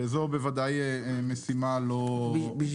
וזאת בוודאי משימה לא פשוטה.